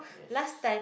yes